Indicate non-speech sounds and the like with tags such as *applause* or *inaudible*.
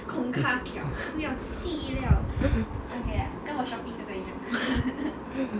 *laughs*